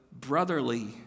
brotherly